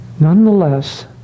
Nonetheless